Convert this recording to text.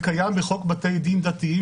זה קיים בחוק בתי דין דתיים,